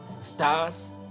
stars